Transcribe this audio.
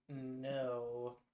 no